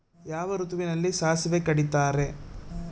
ಯಾವ ಋತುವಿನಲ್ಲಿ ಸಾಸಿವೆ ಕಡಿತಾರೆ?